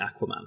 Aquaman